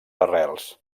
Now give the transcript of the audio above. arrels